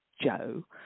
joe